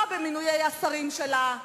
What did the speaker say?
לא במינויי השרים שלה,